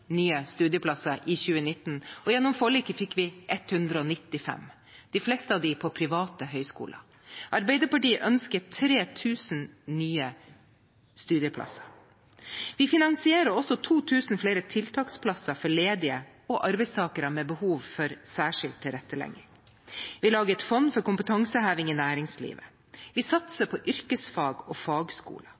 nye studieplasser i 2019, og gjennom forliket fikk vi 195, de fleste av dem på private høyskoler. Arbeiderpartiet ønsker 3 000 nye studieplasser. Vi finansierer også 2 000 flere tiltaksplasser for ledige og arbeidstakere med behov for særskilt tilrettelegging. Vi lager et fond for kompetanseheving i næringslivet. Vi satser på yrkesfag og fagskoler.